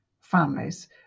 families